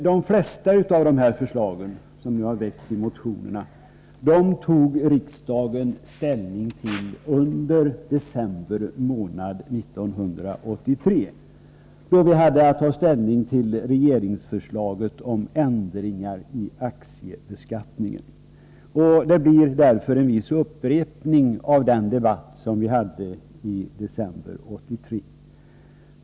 De flesta av de förslag som nu har väckts i motionerna tog riksdagen ställning till under december månad 1983, då vi hade att ta ställning till regeringsförslaget om ändringar i aktiebeskattningen. Detta blir därför en viss upprepning av den debatt som vi hade då.